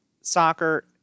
soccer